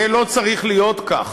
זה לא צריך להיות כך.